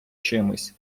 чимсь